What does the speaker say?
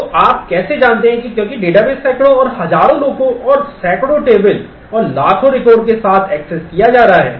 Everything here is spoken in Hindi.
तो आप कैसे जानते हैं कि क्योंकि एक डेटाबेस सैकड़ों और हजारों लोगों और सैकड़ों टेबल और लाखों रिकॉर्ड के साथ एक्सेस किया जा रहा है